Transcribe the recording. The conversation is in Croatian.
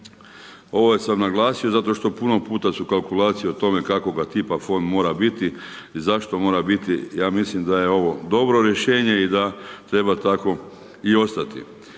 Ovo sam naglasio zato što puno puta su kalkulacije o tome kakvoga tipa fond mora biti i zašto mora biti, ja mislim da je ovo dobro rješenje i da treba tako i ostati.